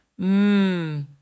Mmm